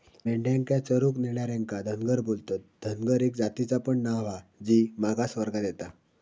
मेंढ्यांका चरूक नेणार्यांका धनगर बोलतत, धनगर एका जातीचा पण नाव हा जी मागास वर्गात येता